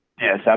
Yes